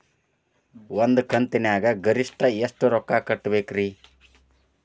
ಒಂದ್ ಕಂತಿನ್ಯಾಗ ಗರಿಷ್ಠ ಎಷ್ಟ ರೊಕ್ಕ ಕಟ್ಟಬೇಕ್ರಿ?